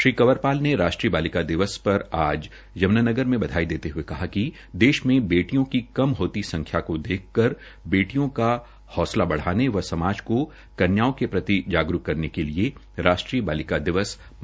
श्री कंवरपाल ने राष्ट्रीय बालिका दिवस के अवसर पर आज यम्नानगर में बधाई देते हए कहा कि देश में बेटियों की कम होती संख्या को देखकर बेटियों का हौंसला बढ़ाने व समाज को कन्याओं के प्रति जागरूक करने के लिए राष्ट्रीय बालिका दिवस मनाया जाने लगा है